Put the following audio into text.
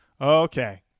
Okay